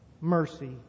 mercy